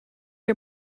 are